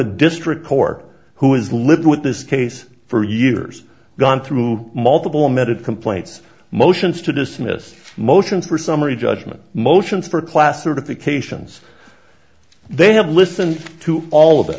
a district corps who has lived with this case for years gone through multiple medic complaints motions to dismiss motions for summary judgment motions for class certifications they have listen to all of that